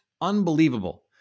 unbelievable